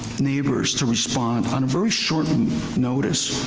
neighbors to respond on very short notice,